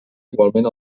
igualment